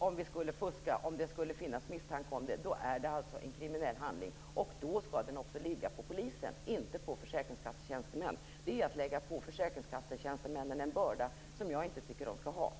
Om det då skulle finnas misstanke om fusk är det en kriminell handling och då skall det också ligga på polisen, inte på försäkringstjänstemännen. Det är att lägga på försäkringstjänstemännen en börda som jag inte tycker att de skall ha.